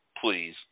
please